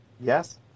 yes